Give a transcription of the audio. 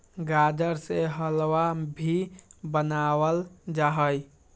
गाजर से हलवा भी बनावल जाहई